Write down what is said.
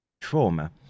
trauma